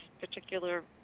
particular